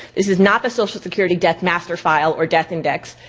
this is not the social security death master file or death index,